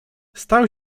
stał